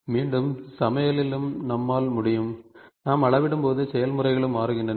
மீண்டும் சமையலிலும் நம்மால் முடியும் நாம் அளவிடும்போது செயல்முறைகளும் மாறுகின்றன